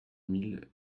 mille